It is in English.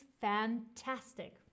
fantastic